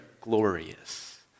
glorious